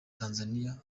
tanzania